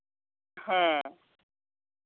ᱦᱮᱸ